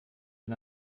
den